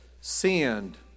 sinned